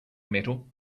metal